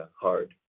hard